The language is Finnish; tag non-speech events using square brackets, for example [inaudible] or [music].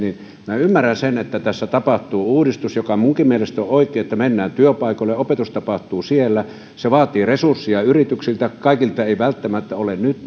minä ymmärrän sen että tässä tapahtuu uudistus joka minunkin mielestäni on oikein että mennään työpaikoille ja opetus tapahtuu siellä se kuitenkin vaatii yrityksiltä resursseja ja kaikilla ei välttämättä ole nyt [unintelligible]